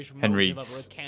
Henry's